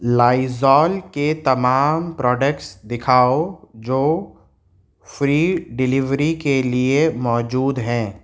لائزال کے تمام پروڈکٹس دکھاؤ جو فری ڈیلیوری کے لیے موجود ہیں